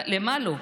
למה לו?